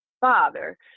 father